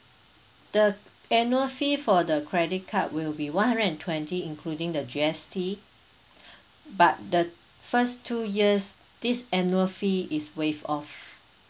the annual fee for the credit card will be one hundred and twenty including the G_S_T but the first two years this annual fee is waived off